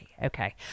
Okay